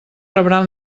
rebran